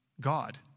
God